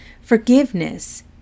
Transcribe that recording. forgiveness